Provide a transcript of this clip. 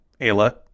Ayla